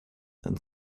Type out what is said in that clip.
and